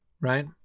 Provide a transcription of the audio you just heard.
right